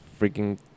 Freaking